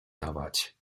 dawać